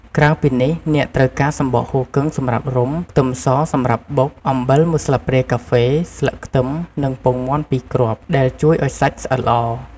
ក្រៅពីនេះ អ្នកត្រូវការ សំបកហ៊ូគឹង សម្រាប់រុំ ខ្ទឹមស សម្រាប់បុក អំបិល ១ស្លាបព្រាកាហ្វេ ស្លឹកខ្ទឹម និង ពងមាន់ ២ គ្រាប់ ដែលជួយឱ្យសាច់ស្អិតល្អ។